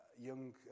young